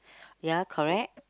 ya correct